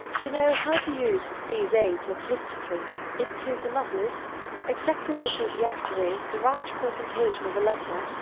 to know how to use these aids artistically is to the novelist exactly what to the actor is the right presentation of a letter,